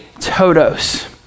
totos